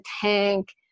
tank